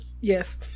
Yes